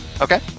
Okay